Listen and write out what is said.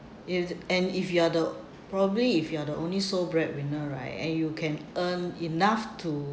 if and if you are the probably if you are the only sole breadwinner right and you can earn enough to